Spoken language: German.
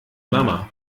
mama